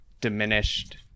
diminished